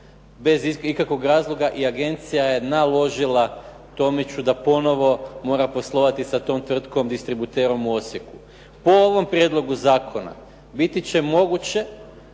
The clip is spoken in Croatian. bez ikakvog razloga. I Agencija je naložila Tomiću da ponovo mora poslovati sa tom tvrtkom, distributerom u Osijeku. Po ovom prijedlogu zakona biti će moguće